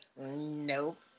Nope